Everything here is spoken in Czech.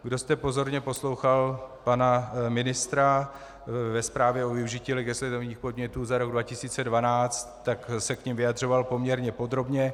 Kdo jste pozorně poslouchal pana ministra ve zprávě o využití legislativních podnětů za rok 2012, tak se k nim vyjadřoval poměrně podrobně.